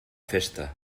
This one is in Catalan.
festa